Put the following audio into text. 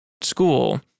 school